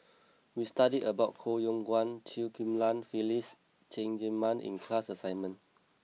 we studied about Koh Yong Guan Chew Ghim Lian Phyllis Cheng Tsang Man in class assignment